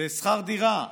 לשכר דירה,